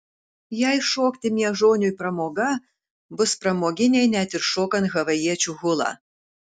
jei šokti miežoniui pramoga bus pramoginiai net ir šokant havajiečių hulą